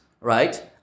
right